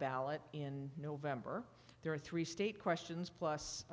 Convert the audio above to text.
ballot in november there are three state questions plus